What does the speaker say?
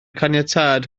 caniatâd